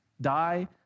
Die